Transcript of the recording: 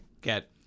get